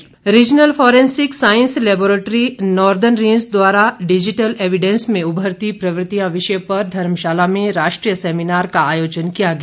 seminar regional forensic science laboratory northern range द्वारा digital evidence में उभरती प्रवृत्तियां विषय पर धर्मशाला में राष्ट्रीय सेमिनार का आयोजन किया गया